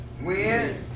win